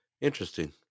Interesting